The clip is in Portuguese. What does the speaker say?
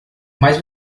mas